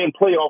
playoff